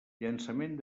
llançament